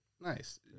Nice